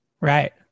right